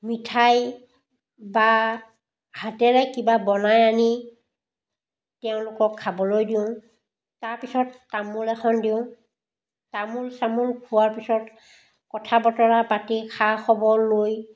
মিঠাই বা হাতেৰে কিবা বনাই আনি তেওঁলোকক খাবলৈ দিওঁ তাৰপিছত তামোল এখন দিওঁ তামোল চামোল খোৱাৰ পিছত কথা বতৰা পাতি খা খবৰ লয়